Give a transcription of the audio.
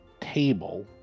table